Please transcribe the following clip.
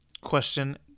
Question